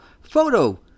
photo